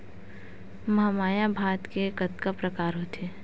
महमाया भात के कतका प्रकार होथे?